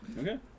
Okay